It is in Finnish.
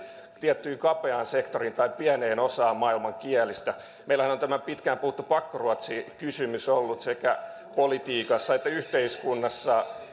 tiettyyn kapeaan sektoriin tai pieneen osaan maailman kielistä meillähän on tämä pitkään puhuttu pakkoruotsikysymys ollut sekä politiikassa että yhteiskunnassa